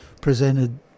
presented